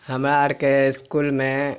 हमरा आरके इसकुलमे